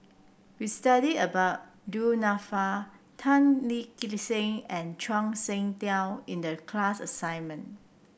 we studied about Du Nanfa Tan Lip Seng and Zhuang Shengtao in the class assignment